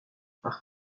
par